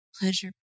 pleasure